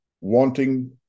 wanting